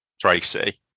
Tracy